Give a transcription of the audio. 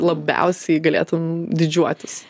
labiausiai galėtum didžiuotis